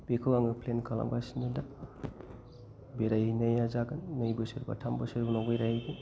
बेखौ आङो प्लेन खालामगासिनो दा बेरायनाया जागोन नै बोसोरबा थाम बोसोर उनाव बेरायहैगोन